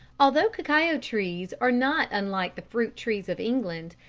although cacao trees are not unlike the fruit trees of england,